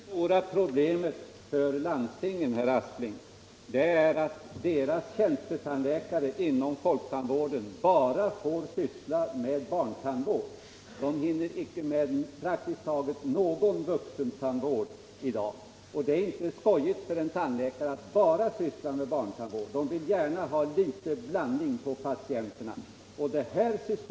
Herr talman! Detta skall bli mitt absolut sista inlägg. Det stora problemet för landstingen, herr Aspling, är att deras tjänstetandläkare inom folktandvården bara får syssla med barntandvård. De hinner praktiskt — Nr 24 taget inte med någon vuxentandvård i dag, och det är inte trevligt för Onsdagen den en tandläkare att bara ägna sig åt barntandvård. Tandläkarna vill gärna 10 november 1976 ha Htet blandning när det gäller patienterna.